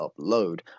upload